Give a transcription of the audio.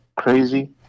Crazy